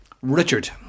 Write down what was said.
Richard